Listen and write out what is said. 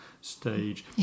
stage